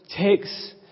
takes